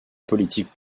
politique